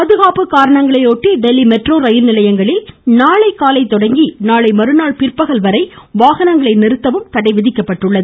பாதுகாப்புக் காரணங்களையொட்டி தில்லி மெட்ரோ ரயில்நிலையங்களில் நாளைகாலை தொடங்கி நாளைமறுநாள் பிற்பகல்வரை வாகனங்களை நிறுத்த தடை விதிக்கப்பட்டுள்ளது